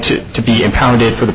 to to be impounded for the